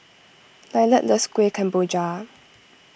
Lillard loves Kuih Kemboja